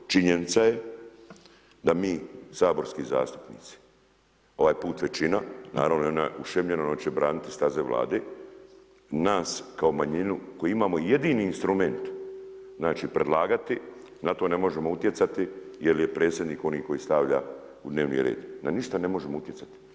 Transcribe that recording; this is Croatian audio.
Činjenica je da mi saborski zastupnici, ovaj put većina, naravno … ušemljena ona će braniti staze Vlade nas kao manjinu koji imamo jedini instrument predlagati na to ne možemo utjecati jel je predsjednik onaj koji stavlja u dnevni red, na ništa ne možemo utjecati.